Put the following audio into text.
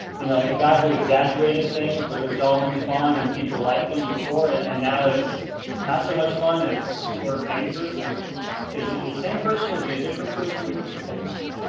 you know a guy who exaggerated things but it was all in fun and people liked him before it and now it's not so much fun it's sort of dangerous and is the same person. is he a different person? what's your take on that?